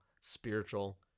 spiritual